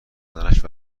بدنش